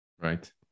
Right